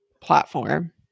platform